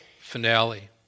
finale